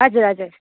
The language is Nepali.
हजुर हजुर